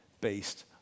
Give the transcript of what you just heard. based